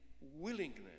willingness